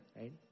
Right